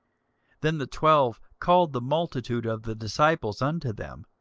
then the twelve called the multitude of the disciples unto them,